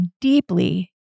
deeply